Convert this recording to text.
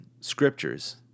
scriptures